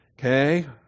Okay